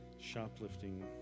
shoplifting